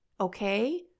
Okay